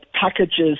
packages